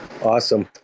Awesome